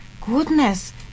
goodness